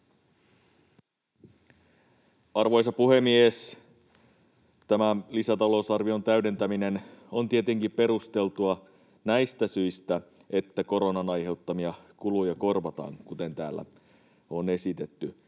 Arvoisa puhemies! Tämä lisätalousarvion täydentäminen on tietenkin perusteltua näistä syistä, että koronan aiheuttamia kuluja korvataan, kuten täällä on esitetty.